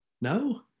No